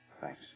Thanks